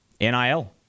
NIL